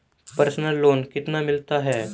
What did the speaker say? Personal loan कितना मिलता है?